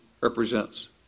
represents